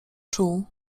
czuł